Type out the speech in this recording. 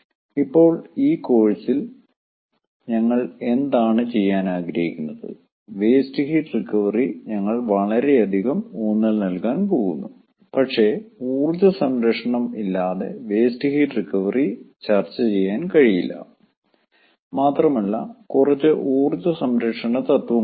ഇപ്പോൾ ഈ കോഴ്സിൽ ഞങ്ങൾ എന്താണ് ചെയ്യാൻ ആഗ്രഹിക്കുന്നത് വേസ്റ്റ് ഹീറ്റ് റിക്കവറി ഞങ്ങൾ വളരെയധികം ഊന്നൽ നൽകാൻ പോകുന്നു പക്ഷേ ഊർജ്ജ സംരക്ഷണം ഇല്ലാതെ വേസ്റ്റ് ഹീറ്റ് റിക്കവറി ചർച്ചചെയ്യാൻ കഴിയില്ല മാത്രമല്ല കുറച്ച് ഊർജ്ജ സംരക്ഷണ തത്വങ്ങളുണ്ട്